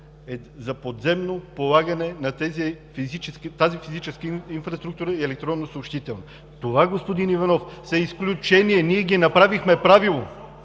за подземно полагане на тази физическа инфраструктура и електронносъобщителна. Това, господин Иванов, са изключения. Ние ги направихме правило.